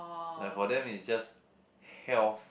like for them is just health